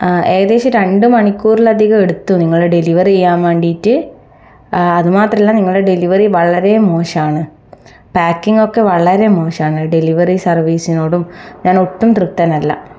ഏകദേശം രണ്ട് മണിക്കൂറിലധികം എടുത്തു നിങ്ങൾ ഡെലിവറി ചെയ്യാൻ വേണ്ടിയിട്ട് അത് മാത്രമല്ല നിങ്ങളുടെ ഡെലിവറി വളരെ മോശമാണ് പേക്കിങ് ഒക്കെ വളരെ മോശമാണ് ഡെലിവറി സർവ്വീസിനോടും ഞാൻ ഒട്ടും തൃപ്തനല്ല